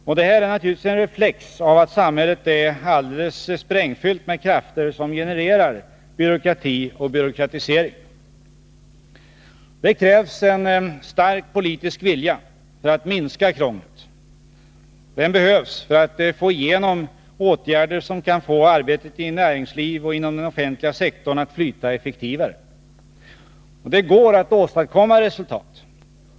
Och det här är naturligtvis en reflex av att samhället är alldeles sprängfyllt med krafter som genererar byråkrati och byråkratisering. Det krävs en stark politisk vilja för att minska krånglet. Den behövs för att få igenom åtgärder som kan få arbetet i näringsliv och inom den offentliga sektorn att flyta effektivare. Det går att åstadkomma resultat.